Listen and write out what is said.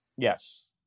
Yes